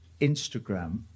Instagram